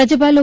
રાજયપાલ ઓ